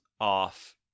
off